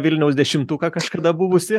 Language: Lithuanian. vilniaus dešimtuką kažkada buvusį